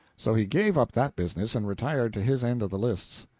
so he gave up that business and retired to his end of the lists.